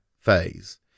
phase